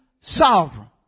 sovereign